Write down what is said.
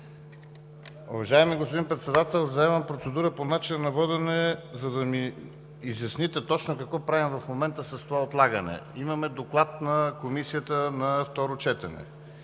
Уважаеми господин Председател, вземам процедура по начина на водене, за да ми изясните какво точно правим в момента с това отлагане. Имаме доклад на Комисията на второ четене,